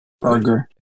Burger